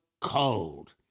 cold